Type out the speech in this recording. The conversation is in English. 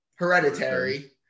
hereditary